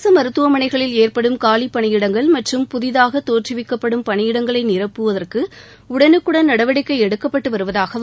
அரசமருத்துவமனைகளில் ஏற்படும் காலிப்பணியிடங்கள் மற்றம் புதிதாகதோற்றுவிக்கப்படும் பணியிடங்களைநீரப்புவதற்குடடனுக்குடன் நடவடிக்கைஎடுக்கப்பட்டுவருவதாகவும்